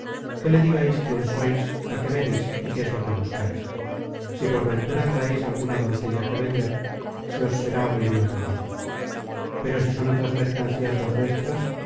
que le digais quién sois á qué venis y qué es lo que buscais si por ventura traeis alguna doncella que vender se os será muy bien pagada pero si son otras mercancías las vuestras